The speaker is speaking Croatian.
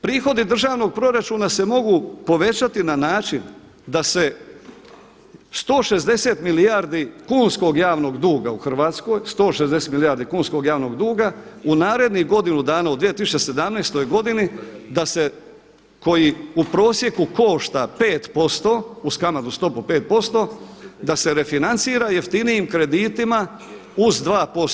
Prihodi državnog proračuna se mogu povećati na način da se 160 milijardi kunskog javnog duga u Hrvatskoj, 160 milijardi kunskog javnog duga u narednih godinu dana u 2017. godini da se koji u prosjeku košta 5% uz kamatnu stopu 5% da se refinancira jeftinijim kreditima uz 2%